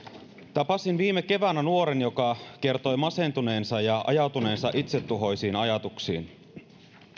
tapasin viime keväänä nuoren joka kertoi masentuneensa ja ajautuneensa itsetuhoisiin ajatuksiin